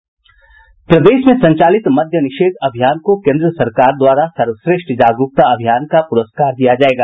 प्रदेश में संचालित मद्य निषेध अभियान को केन्द्र सरकार द्वारा सर्वश्रेष्ठ जागरूकता अभियान का पुरस्कार दिया जायेगा